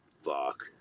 fuck